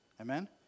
Amen